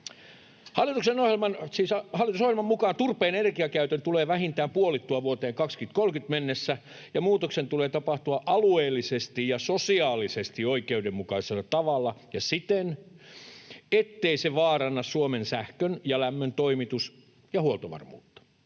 Hallitusohjelman mukaan turpeen energiakäytön tulee vähintään puolittua vuoteen 2030 mennessä ja muutoksen tulee tapahtua ”alueellisesti ja sosiaalisesti oikeudenmukaisella tavalla ja siten, ettei se vaaranna Suomen sähkön ja lämmön toimitus- ja huoltovarmuutta”.